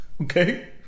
Okay